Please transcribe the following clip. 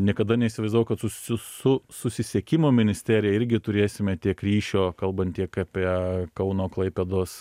niekada neįsivaizdavau kad su su su susisiekimo ministerija irgi turėsime tiek ryšio kalbant tiek apie kauno klaipėdos